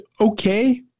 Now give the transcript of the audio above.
okay